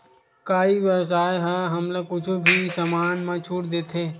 का ई व्यवसाय ह हमला कुछु भी समान मा छुट देथे?